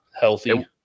healthy